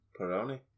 Pepperoni